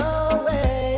away